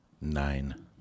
Nine